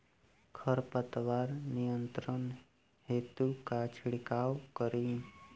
खर पतवार नियंत्रण हेतु का छिड़काव करी?